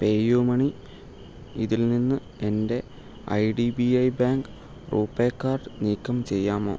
പേ U money ഇതിൽ നിന്ന് എൻ്റെ I D B I bank RuPay card നീക്കം ചെയ്യാമോ